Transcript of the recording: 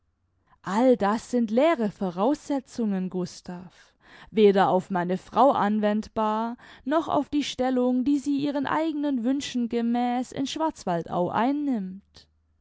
all das sind leere voraussetzungen gustav weder auf meine frau anwendbar noch auf die stellung die sie ihren eigenen wünschen gemäß in schwarzwaldau einnimmt